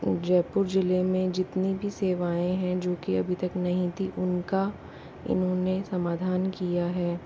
जयपुर ज़िले में जितनी भी सेवाएँ हैं जो की अभी तक नहीं थी उनका इन्होंने समाधान किया है